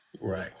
Right